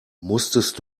musstest